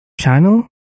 channel